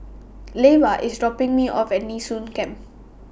Leva IS dropping Me off At Nee Soon Camp